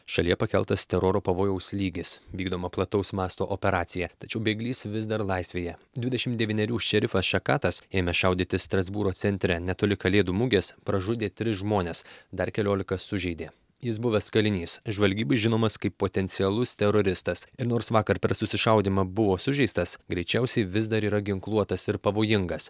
šalyje pakeltas teroro pavojaus lygis vykdoma plataus masto operacija tačiau bėglys vis dar laisvėje dvidešim devynerių šerifas šekatas ėmė šaudyti strasbūro centre netoli kalėdų mugės pražudė tris žmones dar keliolika sužeidė jis buvęs kalinys žvalgybai žinomas kaip potencialus teroristas ir nors vakar per susišaudymą buvo sužeistas greičiausiai vis dar yra ginkluotas ir pavojingas